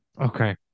Okay